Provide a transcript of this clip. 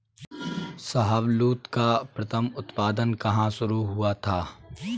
शाहबलूत का प्रथम उत्पादन कहां शुरू हुआ था?